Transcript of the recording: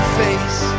face